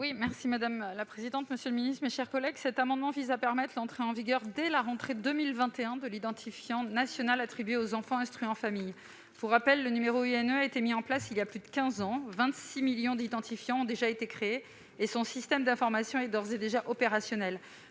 est ainsi libellé : La parole est à Mme Nathalie Delattre. Cet amendement vise à permettre l'entrée en vigueur, dès la rentrée 2021, de l'identifiant national attribué aux enfants instruits en famille. Pour rappel, le numéro INE a été mis en place il y a plus de quinze ans, 26 millions d'identifiants ont déjà été créés et son système d'information est d'ores et déjà opérationnel.